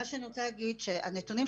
שאני רוצה להגיד את הנתונים,